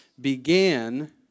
began